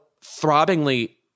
throbbingly